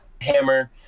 hammer